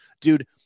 Dude